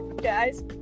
guys